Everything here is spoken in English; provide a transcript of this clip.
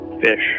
Fish